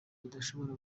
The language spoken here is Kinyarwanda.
bidashobora